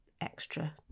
extra